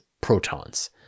protons